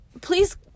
Please